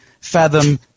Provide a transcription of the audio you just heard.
Fathom